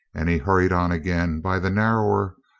and he hurried on again by the narrower,